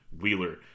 Wheeler